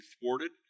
thwarted